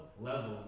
level